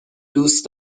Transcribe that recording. دوست